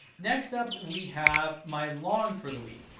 next up we have my long for the week.